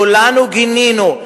כולנו גינינו,